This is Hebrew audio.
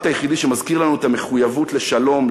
היחיד שמזכיר לנו את המחויבות לשלום,